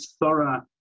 thorough